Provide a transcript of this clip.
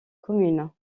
communes